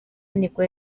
nibwo